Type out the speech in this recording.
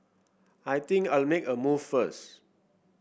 I think I'll make a move first